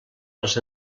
els